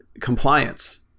compliance